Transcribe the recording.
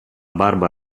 barba